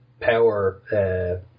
power